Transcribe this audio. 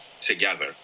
together